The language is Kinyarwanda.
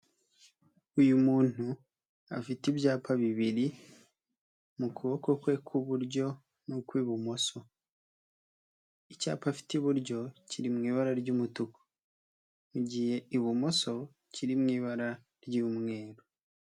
Uyu muntu afite ibyapa bibiri mu kuboko kwe k'uburyo n'ukw'ibumoso. Icyapa afite iburyo kiri mu ibara ry'umutuku, mu gihe ibumoso kiri mu ibara ry'umweru.